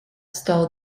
stole